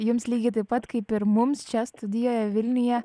jums lygiai taip pat kaip ir mums čia studijoje vilniuje